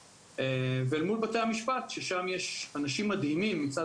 ואם זה בתי המשפט שם יש אנשים מדהימים מצד